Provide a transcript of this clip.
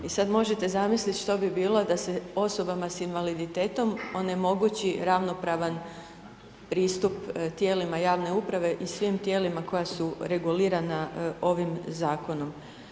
I sad možete zamisliti što bi bilo da se osobama sa invaliditetom onemoguće ravnopravan pristup tijelima javne uprave i svim tijelima koja su regulirana ovim zakonom.